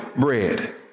bread